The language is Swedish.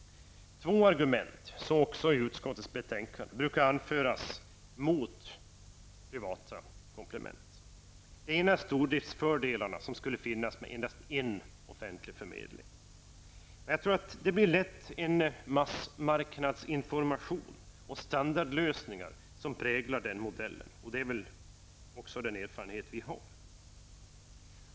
Två argument brukar anföras mot privata komplement, och så också i utskottets betänkande. Det ena är de stordriftsfördelar som skulle finnas med endast en offentlig förmedling. Men enligt min mening är det lätt att denna modell präglas av massmarknadsinformation och standardlösningar. Det är också den erfarenhet vi har.